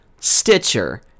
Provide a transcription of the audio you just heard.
Stitcher